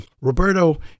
Roberto